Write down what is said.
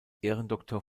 ehrendoktor